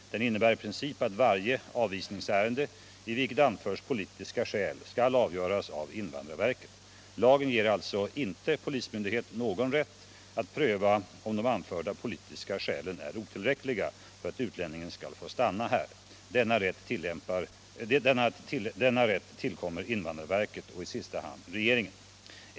Den innebär i princip att varje avvisningsärende i vilket anförs politiska skäl skall avgöras av invandrarverket. Lagen ger alltså inte polismyndighet någon rätt att pröva om de anförda politiska skälen är otillräckliga för att utlänningen skall få stanna här. Denna rätt tillkommer invandrarverket och i sista hand regeringen.